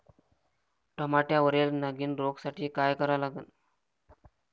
टमाट्यावरील नागीण रोगसाठी काय करा लागन?